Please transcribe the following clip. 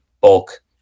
bulk